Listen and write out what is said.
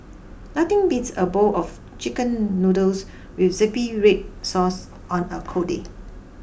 nothing beats a bowl of chicken noodles with zingy red sauce on a cold day